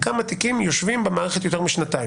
כמה תיקים יושבים במערכת יותר משנתיים.